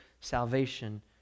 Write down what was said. salvation